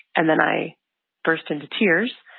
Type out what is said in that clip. and then i burst into tears.